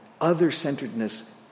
other-centeredness